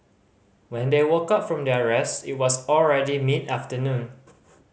when they woke up from their rest it was already mid afternoon